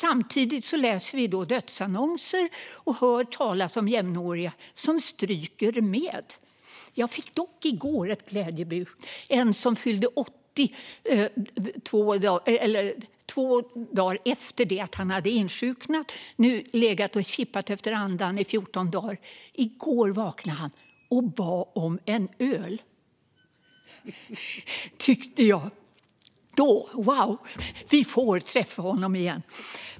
Samtidigt läser vi dödsannonser och hör talas om jämnåriga som stryker med. Jag fick dock i går ett glädjebud om en man som fyllde 80 år två dagar efter det att han hade insjuknat. Han låg och kippade efter andan i fjorton dagar. Men igår vaknade han och bad om en öl. Då tänkte jag: Wow, vi får träffa honom igen.